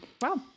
Wow